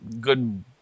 good